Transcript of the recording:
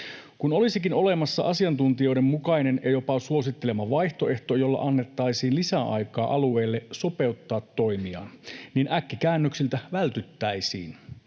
Kun olisikin olemassa asiantuntijoiden mukainen ja jopa suosittelema vaihtoehto, jolla annettaisiin lisäaikaa alueille sopeuttaa toimia, niin äkkikäännöksiltä vältyttäisiin.